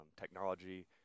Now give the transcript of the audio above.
technology